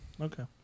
Okay